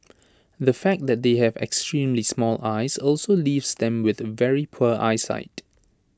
the fact that they have extremely small eyes also leaves them with very poor eyesight